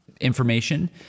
information